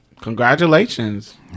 congratulations